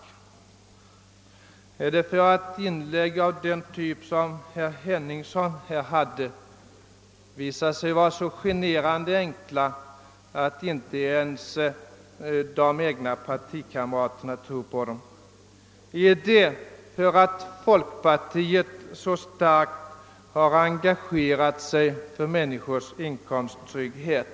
Är herr Bengtsson irriterad för att inlägg av den typ som herr Henningsson gjorde är så generande enkla, att inte ens de egna partikamraterna tror på dem? Är herr Bengtsson irriterad för att folkpartiet så starkt engagerar sig för människornas inkomsttrygghet?